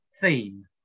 theme